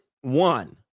one